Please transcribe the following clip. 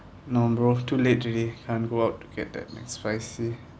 no bro too late today can't go out to get that Mcspicy